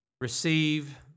receive